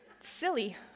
Silly